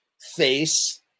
face